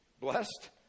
Blessed